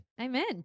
amen